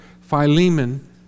Philemon